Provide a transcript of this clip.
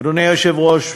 אדוני היושב-ראש,